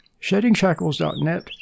SheddingShackles.net